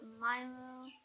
Milo